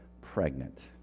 pregnant